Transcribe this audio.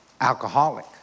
Alcoholic